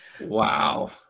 Wow